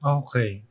okay